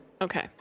Okay